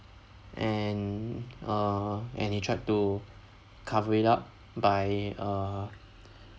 and uh and he tried to cover it up by uh